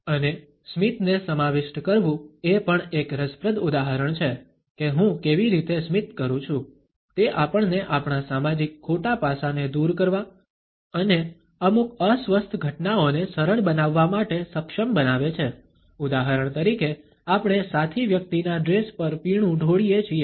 અને સ્મિતને સમાવિષ્ટ કરવું એ પણ એક રસપ્રદ ઉદાહરણ છે કે હું કેવી રીતે સ્મિત કરૂં છું તે આપણને આપણા સામાજિક ખોટા પાસાને દૂર કરવા અને અમુક અસ્વસ્થ ઘટનાઓને સરળ બનાવવા માટે સક્ષમ બનાવે છે ઉદાહરણ તરીકે આપણે સાથી વ્યક્તિના ડ્રેસ પર પીણું ઢોળીએ છીએ